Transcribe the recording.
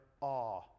awe